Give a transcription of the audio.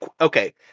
okay